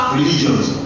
religions